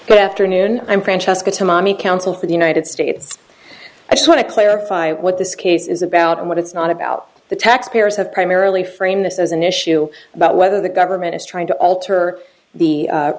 counsel for the united states i just want to clarify what this case is about and what it's not about the taxpayers have primarily frame this as an issue about whether the government is trying to alter the